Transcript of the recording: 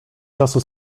czasu